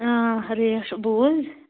آ ریشہٕ بول